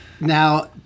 now